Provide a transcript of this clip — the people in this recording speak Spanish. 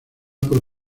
por